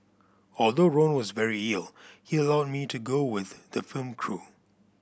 although Ron was very ill he allowed me to go with the film crew